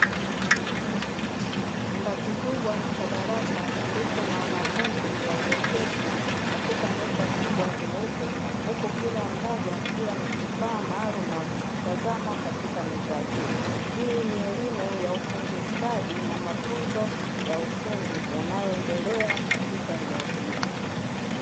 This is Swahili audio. Chumba kikubwa cha darasa kilicho na wanafunzi walio keti katika meza kubwa nyeupe, huku kila mmoja akiwa na kifaa maalum akikitazama katika meza hiyo. Hii ni elimu ya ufundi stadi na mafunzo ya ufundi yanayo endelea katika eneo hilo.